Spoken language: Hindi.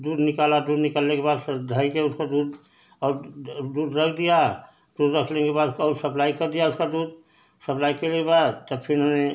दूध निकाला दूध निकालने के बाद सब धइ कर उसका दूध और दूध रख दिया दूध रखने के बाद और सप्लाई कर दिया उसका दूध सप्लाई करने बाद तब फिर हमने